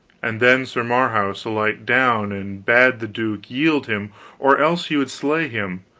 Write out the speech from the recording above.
and then sir marhaus alight down, and bad the duke yield him or else he would slay him.